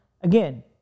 again